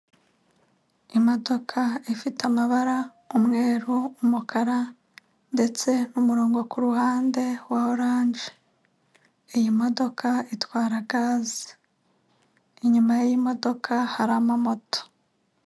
Imodoka ifite amabara umweru, umukara ndetse n'umurongo ku ruhande wa oranje, iyi modoka itwara gaze inyuma y'imodoka hari ama moto.